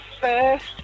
first